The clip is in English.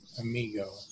Amigo